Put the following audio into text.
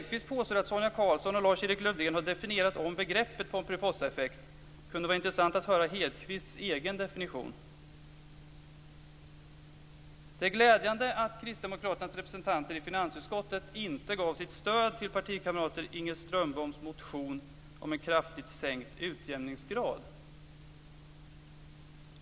Lars-Erik Lövdén har definierat om begreppet Pomperipossaeffekt. Det kunde vara intressant att höra Hedquists egen definition. Det är glädjande att Kristdemokraternas representanter i finansutskottet inte gav sitt stöd till partikamraten Inger Strömboms motion om en kraftigt sänkt utjämningsgrad.